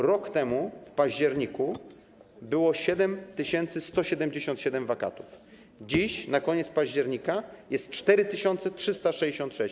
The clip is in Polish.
Rok temu w październiku było 7177 wakatów, na koniec października jest ich 4366.